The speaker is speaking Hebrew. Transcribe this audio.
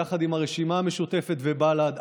ביחד עם הרשימה המשותפת ובל"ד,